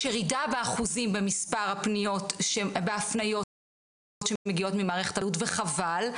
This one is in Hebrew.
ירידה באחוזים במספר ההפניות שמגיעות ממערכת הבריאות וחבל.